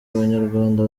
abanyarwanda